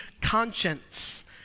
conscience